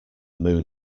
moon